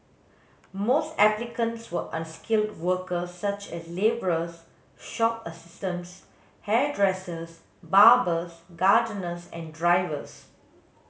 most applicants were unskilled workers such as labourers shop assistants hairdressers barbers gardeners and drivers